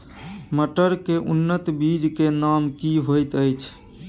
मटर के उन्नत बीज के नाम की होयत ऐछ?